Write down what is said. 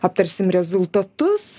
aptarsim rezultatus